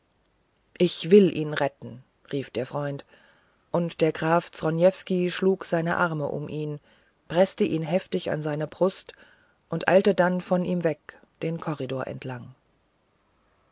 ich will ihn retten rief der freund und der graf zronievsky schlug seinen arm um ihn preßte ihn heftig an seine brust und eilte dann von ihm weg den korridor entlang